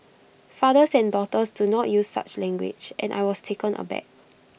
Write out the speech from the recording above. fathers and daughters do not use such language and I was taken aback